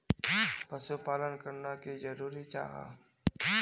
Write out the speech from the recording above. पशुपालन करना की जरूरी जाहा?